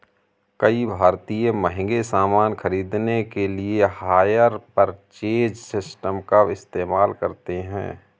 कई भारतीय महंगे सामान खरीदने के लिए हायर परचेज सिस्टम का इस्तेमाल करते हैं